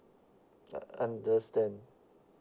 I understand